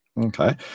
Okay